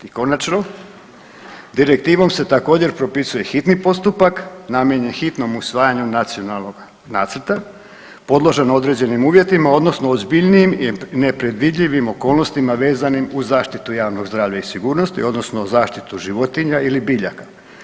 I konačno, direktivom se također propisuje hitni postupak, namijenjen hitnom usvajanju nacionalnog nacrta, podložan određenim uvjetima odnosno ozbiljnijim i nepredvidljivim okolnostima vezanim uz zaštitu javnog zdravlja i sigurnosti odnosno zaštitu životinja ili biljaka.